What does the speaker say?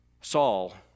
Saul